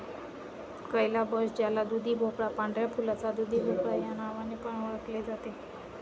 calabash ज्याला दुधीभोपळा, पांढऱ्या फुलाचा दुधीभोपळा या नावाने पण ओळखले जाते